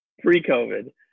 pre-COVID